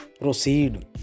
Proceed